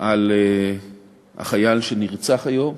על החייל שנרצח היום.